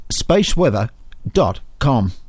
spaceweather.com